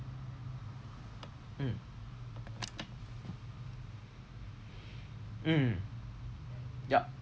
mm mm yup